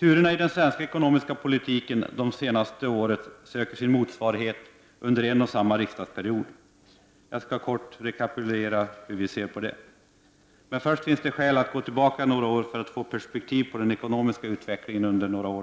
Turerna i den svenska ekonomiska politiken under det senaste året söker sin motsvarighet under en och samma riksdagsperiod. Jag skall kortfattat rekapitulera hur vi i centern ser på detta. Först finns det emellertid skäl att göra en tillbakablick för att få perspektiv på den ekonomiska utvecklingen under några år.